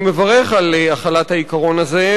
אני מברך על החלת העיקרון הזה,